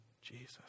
Jesus